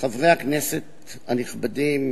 חברי הכנסת הנכבדים